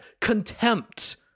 contempt